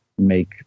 make